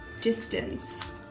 distance